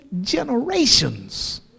generations